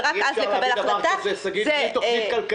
ורק אז לקבל החלטה --- אי אפשר להגיד דבר כזה,